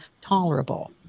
tolerable